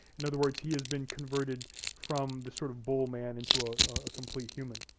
in other words, he has been converted from the sort of bull man into a ah complete human.